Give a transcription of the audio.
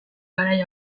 garai